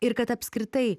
ir kad apskritai